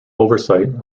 oversight